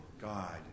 God